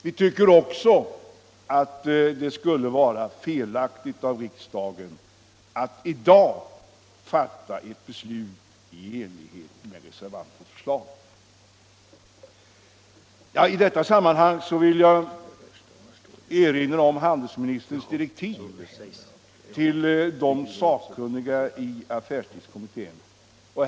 Vi tycker också att det skulle vara felaktigt av riksdagen att i dag fatta beslut i enlighet med reservantens förslag. I detta sammanhang vill jag erinra om handelsministerns direktiv till affärstidskommittén.